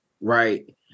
right